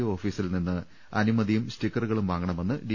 O ഓഫീസിൽ നിന്ന് അനുമതിയും സ്റ്റിക്ക റുകളും വാങ്ങണമെന്ന് ഡി